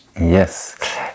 Yes